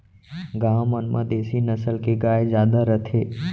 गॉँव मन म देसी नसल के गाय जादा रथे